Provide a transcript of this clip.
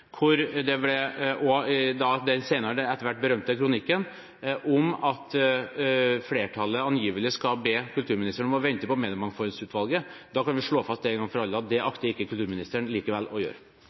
og den senere etter hvert berømte kronikken om at flertallet angivelig skal be kulturministeren om å vente på Mediemangfoldsutvalget – kan vi da slå fast en gang for alle at dette akter kulturministeren likevel ikke å gjøre?